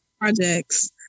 projects